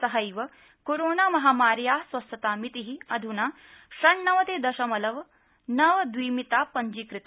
सहैव कोरोना महामार्या स्वस्थतामिति अध्ना षण्णवति दशमलव नव दविमिता पंजीकृता